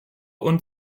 und